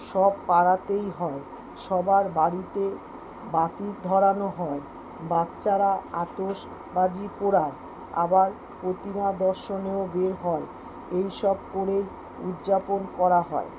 সব পাড়াতেই হয় সবার বাড়িতে বাতি ধরানো হয় বাচ্চারা আতশবাজি পোড়ায় আবার প্রতিমা দর্শনেও বের হয় এইসব করেই উদযাপন করা হয়